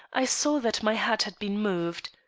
i saw that my hat had been moved.